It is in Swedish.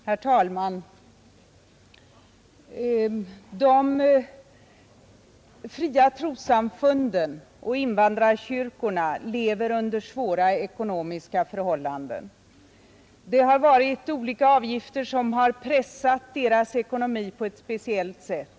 Herr talman! De fria trossamfunden och invandrarkyrkorna lever under svåra ekonomiska förhållanden. Olika avgifter har pressat deras ekonomi på ett speciellt sätt.